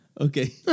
Okay